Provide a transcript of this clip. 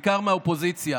בעיקר מהאופוזיציה.